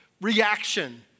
reaction